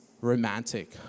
romantic